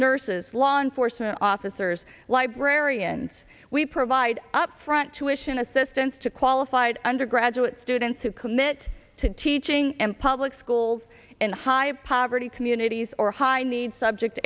nurses law enforcement officers librarians we provide up front to ition assistance to qualified undergraduate students who commit to teaching in public schools in high poverty communities or high need subject